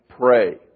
pray